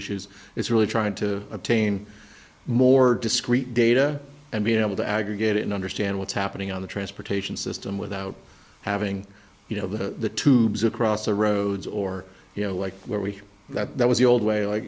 issues is really trying to obtain more discrete data and be able to aggregate it and understand what's happening on the transportation system without having you know the tubes across the road or you know like where we are that that was the old way like